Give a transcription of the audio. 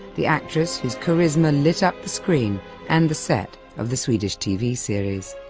the actress whose charisma lit up the screen and the set of the swedish tv series.